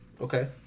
Okay